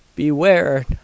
Beware